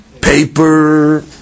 paper